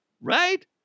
Right